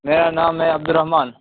میرا نام ہے عبد الرحمان